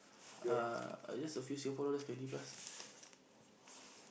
uh just a few Singaporean dollars twenty plus